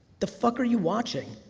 the fuck are you watching?